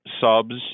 Subs